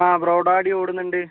ആ Bro Daddy ഓടുന്നുണ്ട്